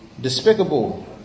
despicable